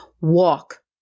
walk